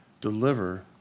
deliver